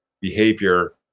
behavior